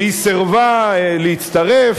שהיא סירבה להצטרף.